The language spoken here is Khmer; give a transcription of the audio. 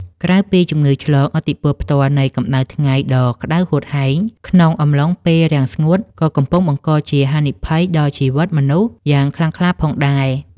ក្រៅពីជំងឺឆ្លង ឥទ្ធិពលផ្ទាល់នៃកម្ដៅថ្ងៃដ៏ក្ដៅហួតហែងក្នុងអំឡុងពេលរាំងស្ងួត ក៏កំពុងបង្កជាហានិភ័យដល់ជីវិតមនុស្សយ៉ាងខ្លាំងក្លាផងដែរ។